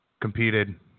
competed